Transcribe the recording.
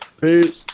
Peace